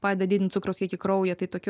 padeda didint cukraus kiekį kraujyje tai tokiu